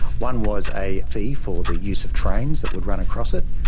one was a fee for the use of trains that would run across it,